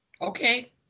Okay